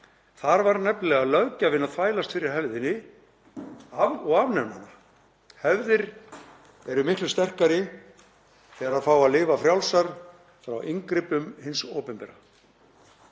Þar var nefnilega löggjafinn að þvælast fyrir hefðinni og afnema hana. Hefðir eru miklu sterkari þegar þær fá að lifa frjálsar frá inngripum hins opinbera.